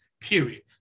period